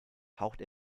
haucht